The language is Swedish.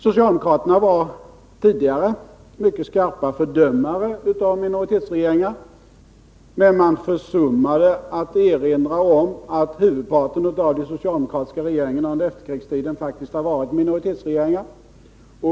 Socialdemokraterna var tidigare mycket skarpa fördömare av minoritetsregeringar, men de försummade att erinra om att huvudparten av de socialdemokratiska regeringarna under efterkrigstiden faktiskt har varit minoritetsregeringar.